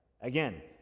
again